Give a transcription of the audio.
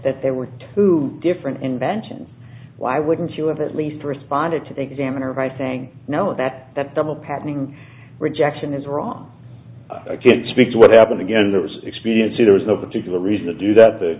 that there were two different inventions why wouldn't you have at least responded to the examiner by saying no that that double patterning rejection is wrong i can't speak to what happened again there was expediency there was no particular reason to do that the